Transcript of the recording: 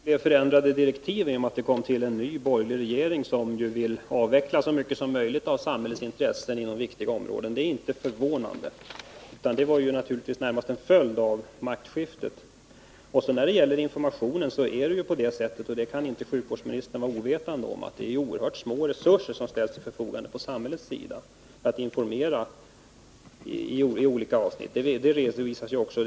Herr talman! Att det blev förändrade direktiv i och med att det kom till en ny, borgerlig regering, som ju vill avveckla så mycket som möjligt av samhällets intressen inom viktiga områden, är inte förvånande. Det var naturligtvis närmast en följd av maktskiftet. När det gäller informationen är det ju — och det kan inte sjukvårdsministern vara ovetande om — oerhört små resurser som ställs till förfogande från samhällets sida för information i olika avsnitt. Det har också redovisats.